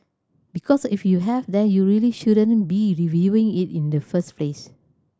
because if you have then you really shouldn't be reviewing it in the first place